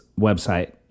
website